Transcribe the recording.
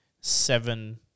seven